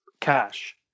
cash